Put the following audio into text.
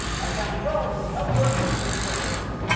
icon twelve is the outdoor temperature trend arrow.